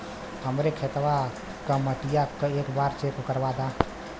हमरे खेतवा क मटीया एक बार चेक करवा देत?